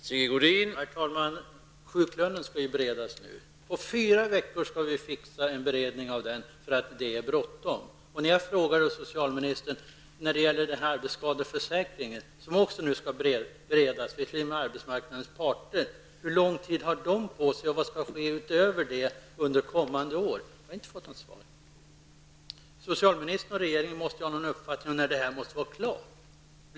Herr talman! Förslaget om sjuklönen skall nu beredas. Denna beredning får ta fyra veckor, eftersom det är bråttom. När jag då frågade socialministern hur lång tid arbetsskadeförsäkringen skall beredas -- den skall visserligen beredas tillsammans med arbetsmarknadens parter -- och vad som utöver detta skall ske under kommande år, fick jag inte något svar. Socialministern och regeringen måste ha någon uppfattning om när detta arbete skall vara klart.